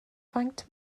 faint